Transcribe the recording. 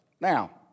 Now